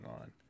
on